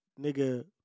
nigga